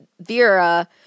Vera